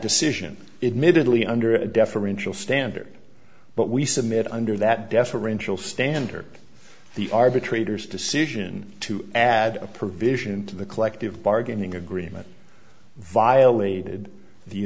decision it merely under a deferential standard but we submit under that deferential standard the arbitrator's decision to add a provision to the collective bargaining agreement violated the